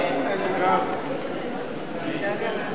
ההסתייגות של